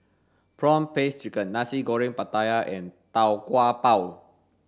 prawn paste chicken nasi goreng pattaya and tau kwa pau